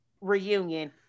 reunion